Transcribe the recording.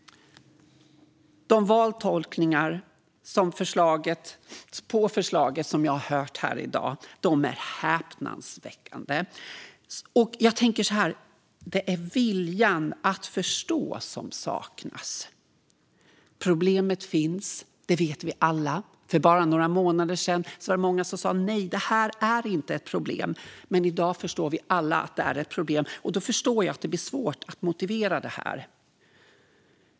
De vantolkningar av förslaget som jag har hört här i dag är häpnadsväckande. Jag tänker att det är viljan att förstå som saknas. Problemet finns; det vet vi alla. För bara några månader sedan var det många som sa att detta inte är ett problem, men i dag förstår vi alla att det är det. Då förstår jag att det blir svårt att motivera detta.